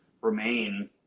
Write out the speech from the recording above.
remain